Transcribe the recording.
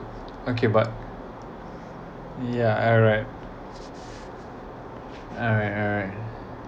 okay but yeah alright alright alright